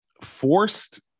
forced